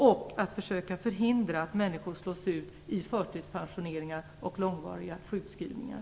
Man skall vidare försöka hindra att människor slås ut till förtidspensioneringar och långvariga sjukskrivningar.